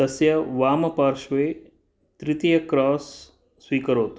तस्य वामपार्श्वे तृतीय क्रास् स्वीकरोतु